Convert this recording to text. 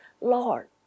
Lord